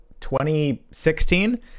2016